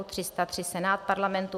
303 Senát Parlamentu